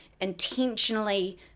intentionally